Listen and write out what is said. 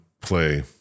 play